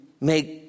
make